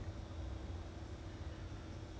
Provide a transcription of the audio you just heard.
it's in a ball like those ball shaped 的是不是